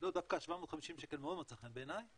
לא, דווקא ה-750 שקל מאוד מצא חן בעיניי